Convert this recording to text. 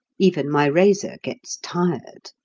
even my razor gets tired.